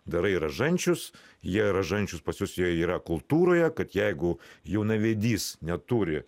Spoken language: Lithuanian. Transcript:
darai ražančius jie ražančius pas juos jie yra kultūroje kad jeigu jaunavedys neturi